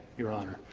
your honor.